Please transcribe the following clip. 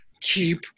keep